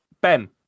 Ben